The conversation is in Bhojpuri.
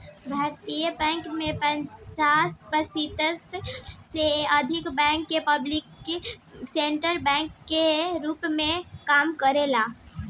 भारतीय बैंक में पचास प्रतिशत से अधिक बैंक पब्लिक सेक्टर बैंक के रूप में काम करेलेन